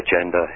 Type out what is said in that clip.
agenda